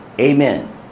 Amen